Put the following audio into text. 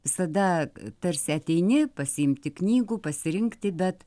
visada tarsi ateini pasiimti knygų pasirinkti bet